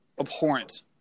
abhorrent